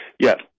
yes